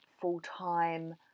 full-time